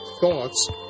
thoughts